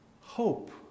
hope